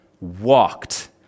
walked